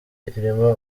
irimo